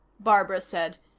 barbara said,